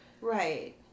Right